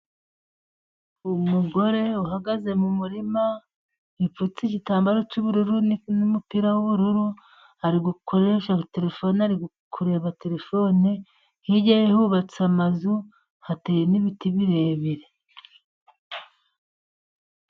Umugore uhagaze mu murima, wipfutse igitambaro cy'ubururu n'umupira w'ubururu. Ari gukoresha terefone, ari kureba terefone .Hirya ye hubatse amazu, hateye n'ibiti birebire.